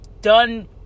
done